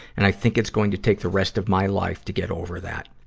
and i think it's going to take the rest of my life to get over that.